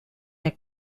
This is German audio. der